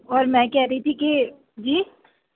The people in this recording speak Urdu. اور میں کہہ رہی تھی کہ جی